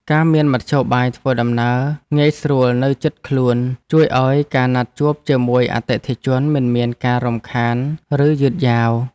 ការមានមធ្យោបាយធ្វើដំណើរងាយស្រួលនៅជិតខ្លួនជួយឱ្យការណាត់ជួបជាមួយអតិថិជនមិនមានការរំខានឬយឺតយ៉ាវ។